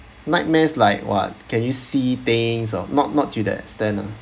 nightmares like what can you see things or not not to that extent ah